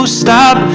stop